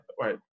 right